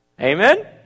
Amen